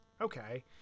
okay